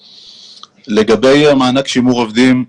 לגבי מענק שימור עובדים.